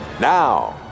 Now